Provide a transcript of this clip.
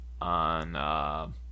on